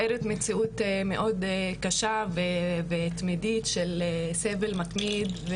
המציאות מאוד קשה ותמידית של סבל מתמיד,